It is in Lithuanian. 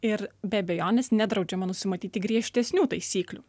ir be abejonės nedraudžiama nusimatyti griežtesnių taisyklių